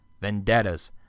vendettas